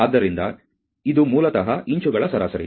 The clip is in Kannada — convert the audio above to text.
ಆದ್ದರಿಂದ ಇದು ಮೂಲತಃ ಇಂಚುಗಳ ಸರಾಸರಿ